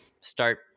start